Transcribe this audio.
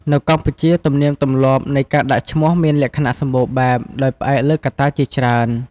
នៅកម្ពុជា ទំនៀមទម្លាប់នៃការដាក់ឈ្មោះមានលក្ខណៈសម្បូរបែប ដោយផ្អែកលើកត្តាជាច្រើន។